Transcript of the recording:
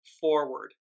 forward